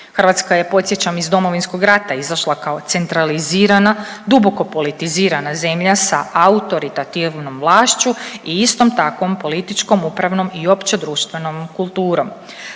Hrvatska je podsjećam iz Domovinskog rata izašla kao centralizirana duboko politizirana zemlja sa autoritativnom vlašću i istom takvom političkom, upravom i opće društvenom kulturom.